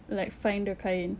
like find the kain